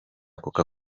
coca